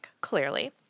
clearly